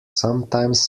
sometimes